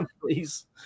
Please